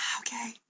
Okay